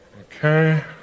Okay